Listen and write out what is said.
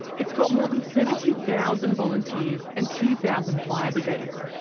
it's got more than seventy thousand volunteers and two thousand fire brigades,